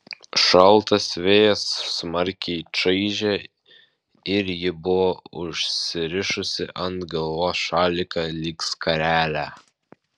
šaltas vėjas smarkiai čaižė ir ji buvo užsirišusi ant galvos šaliką lyg skarelę